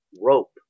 rope